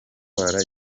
gutwara